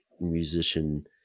musician